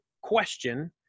question